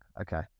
Okay